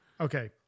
Okay